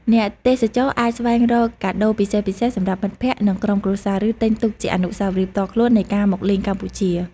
អ្នកទេសចរអាចស្វែងរកកាដូពិសេសៗសម្រាប់មិត្តភក្តិ និងក្រុមគ្រួសារ ឬទិញទុកជាអនុស្សាវរីយ៍ផ្ទាល់ខ្លួននៃការមកលេងកម្ពុជា។